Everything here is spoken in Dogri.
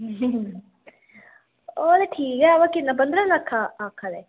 होर ठीक ऐ बाऽ किन्ना पंदरां लक्खा आक्खा दे